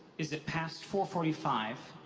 is it past four forty five?